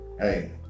Hey